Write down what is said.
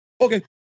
Okay